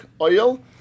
oil